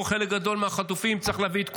חלק גדול מהחטופים" צריך להביא את כולם,